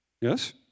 Yes